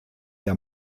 der